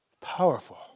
Powerful